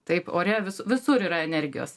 taip ore vis visur yra energijos